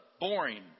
boring